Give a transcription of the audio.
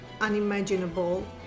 unimaginable